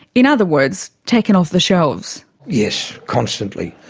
in other words, taken off the shelves. yes, constantly.